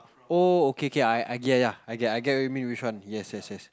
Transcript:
oh okay K I get ya I get you mean which one yes yes yes